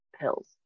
pills